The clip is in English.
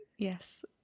Yes